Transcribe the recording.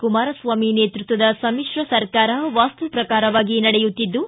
ಕುಮಾರಸ್ವಾಮಿ ನೇತೃತ್ವದ ಸಮಿಶ್ರ ಸರ್ಕಾರ ವಾಸ್ತು ಪ್ರಕಾರವಾಗಿ ನಡೆಯುತ್ತಿದ್ದು